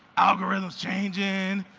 algorithms changing,